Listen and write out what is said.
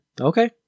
Okay